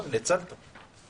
אני איבדתי את ה-100 יום זכאות.